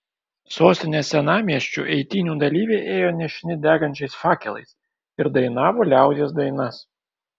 sostinės senamiesčiu eitynių dalyviai ėjo nešini degančiais fakelais ir dainavo liaudies dainas